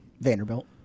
Vanderbilt